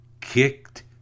kicked